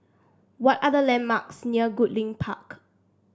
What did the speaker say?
what are the landmarks near Goodlink Park